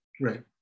Right